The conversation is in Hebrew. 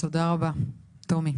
תודה רבה טומי.